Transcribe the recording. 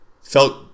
felt